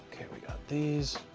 okay. we got these.